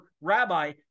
Rabbi